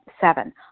Seven